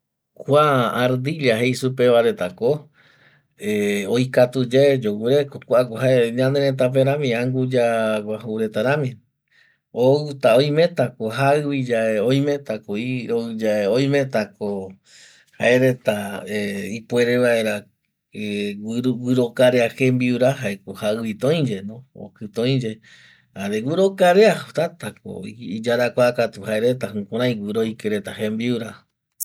Kua ardilla jei supe retako eh oikatu yae yoguireko, kuako jae ñanereta perami anguya guaju reta rami outa oimetako jaiviyae, oimetako iroiyae, oimetako jaereta ipuere vaera guirokarea jembiura jaeko jaivita oiyae okita oi yae jare guirokare, tatako iyarakua katu jaereta jukurai guiroike reta jembiura